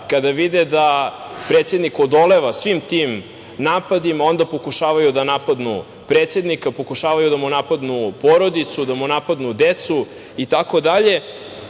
Kada vide da predsednik odoleva svim tim napadima onda pokušavaju da napadnu predsednika, pokušavaju da mu napadnu porodicu, da mu napadnu decu itd.